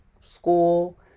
school